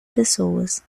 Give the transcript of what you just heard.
pessoas